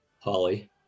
holly